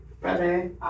Brother